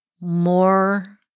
More